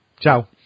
Ciao